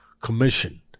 commission